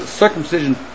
Circumcision